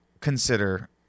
consider